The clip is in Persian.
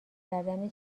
کردن